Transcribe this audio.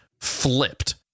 Flipped